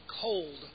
cold